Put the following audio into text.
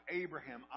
Abraham